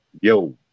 Yo